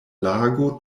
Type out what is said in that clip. lago